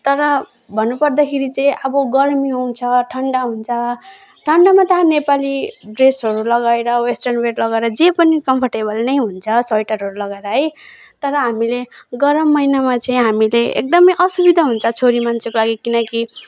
तर भन्नुपर्दाखेरि चाहिँ अब गर्मी आउँछ ठन्डा हुन्छ ठन्डामा त नेपाली ड्रेसहरू लगाएर वेस्टर्न वेर लगाएर जे पनि कम्फर्टेबल नै हुन्छ स्वेटरहरू लगाएर है तर हामीले गरम महिनामा चाहिँ हामीले एकदमै असुविधा हुन्छ छोरी मान्छेको लागि किनकि